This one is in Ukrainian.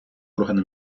органи